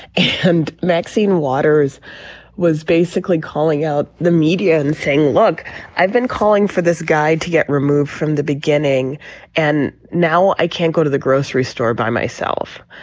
and maxine waters was basically calling out the media and saying look i've been calling for this guy to get removed from the beginning and now i can't go to the grocery store by myself.